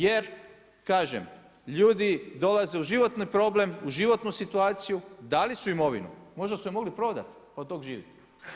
Jer, kažem, ljudi, dolaze u životni problem, u životnu situaciju, dali su imovinu, možda su mogli prodati pa od tog živjeti.